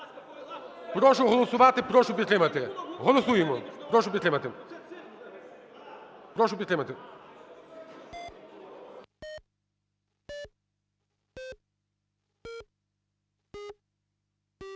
Прошу голосувати. Прошу підтримати. Голосуємо. Прошу підтримати. Прошу підтримати.